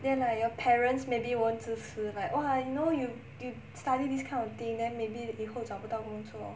then like your parents maybe won't 支持 like !wah! you know you you study this kind of thing then maybe 以后找不到工作